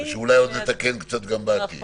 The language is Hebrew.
ואולי נתקן עוד קצת בעתיד.